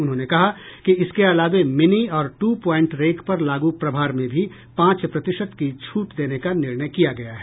उन्होंने कहा कि इसके अलावे मिनी और ट्र प्वाइंट रेक पर लागू प्रभार में भी पांच प्रतिशत की छूट देने का निर्णय किया गया है